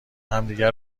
همدیگه